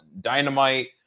dynamite